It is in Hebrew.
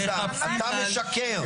אתה משקר.